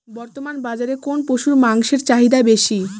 বর্তমান বাজারে কোন পশুর মাংসের চাহিদা বেশি?